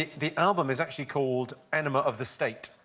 the the album is actually called enema of the state.